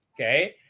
Okay